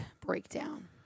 breakdown